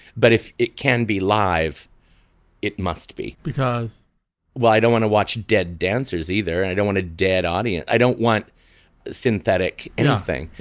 but if it can be live it must be because well i don't want to watch dead dancers either and i don't want a dead audience. i don't want synthetic nothing.